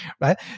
right